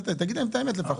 תגידי להם את האמת לפחות.